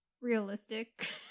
realistic